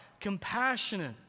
compassionate